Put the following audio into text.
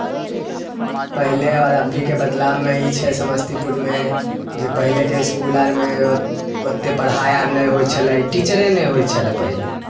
पहिले आओर अभीके बदलावमे ई छै समस्तीपुरमे जे पहिलेके इसकुल आरमे ओतेक पढ़ाइ अर नहि होइ छलै टीचरे नहि होइ छलै पहिले